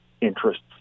interests